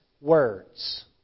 words